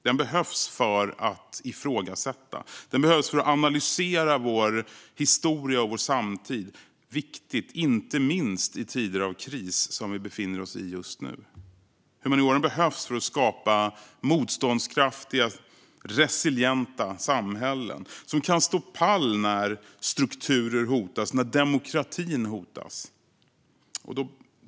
Den behövs för att ifrågasätta och för att analysera vår historia och vår samtid - viktigt inte minst i tider av kris som vi befinner oss i just nu. Humanioran behövs för att skapa motståndskraftiga, resilienta samhällen som kan stå pall när strukturer hotas, när demokratin hotas.